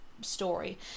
story